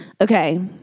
okay